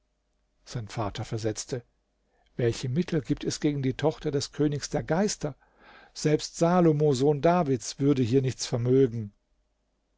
sein vater versetzte welche mittel gibt es gegen die tochter des königs der geister selbst salomo sohn davids würde hier nichts vermögen